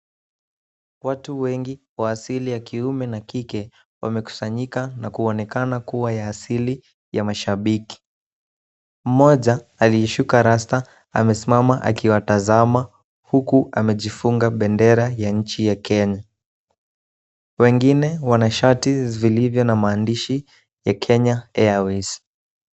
Watu wengi wa asili ya kiume na kike, wamekusanyika na kuonekana kuwa ya asili ya mashabiki. Mmoja aliyeshuka rasta amesimama na kuwatazama huku amejifunga bendera ya nchi ya Kenya. Wengine wako na shati zilizo na maandishi ya Kenya Airways.